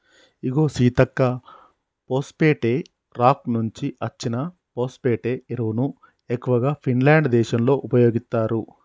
ఇగో Seethakka phosphate rock నుంచి అచ్చిన phosphate ఎరువును ఎక్కువగా ఫిన్లాండ్ దేశంలో ఉపయోగిత్తారు